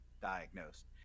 diagnosed